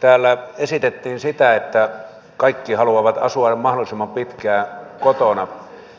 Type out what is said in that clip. täällä esitettiin sitä että kaikki haluavat asua mahdollisimman pitkään kotona